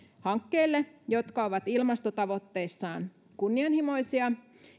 hankkeille jotka ovat ilmastotavoitteissaan kunnianhimoisia